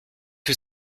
que